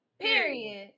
Period